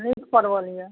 हँ नीक परवल यऽ